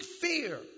fear